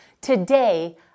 Today